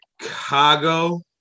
Chicago